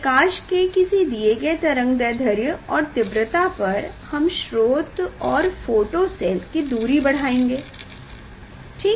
प्रकाश के किसी दिये गए तरंगदैध्र्य और तीव्रता पर हम स्रोत और फोटो सेल की दूरी बढ़ाएंगे ठीक